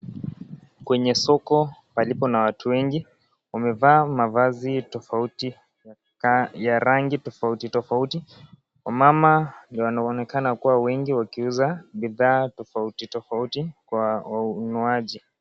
Kwenye soko palipo na watu wengi wamevaa tofauti ya rangi tofautitofauti wamama ndio wanaonekana kua wengi wakiuza bidhaa tofautitofauti kwa wanunuaji.